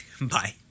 Bye